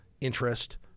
interest